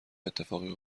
اتفاقی